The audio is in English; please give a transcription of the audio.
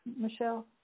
Michelle